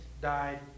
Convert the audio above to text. died